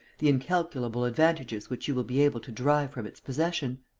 the incalculable advantages which you will be able to derive from its possession?